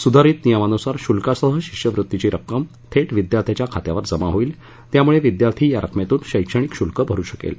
सुधारीत नियमानुसार शुल्कासह शिष्यवृत्तीची रक्कम थेट विद्यार्थ्याच्या खात्यावर जमा होईल त्यामुळे विद्यार्थी या रकमेतून शैक्षणिक शुल्क भरू शकेल